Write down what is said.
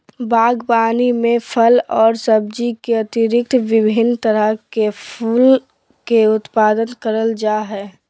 बागवानी में फल और सब्जी के अतिरिक्त विभिन्न तरह के फूल के उत्पादन करल जा हइ